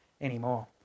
anymore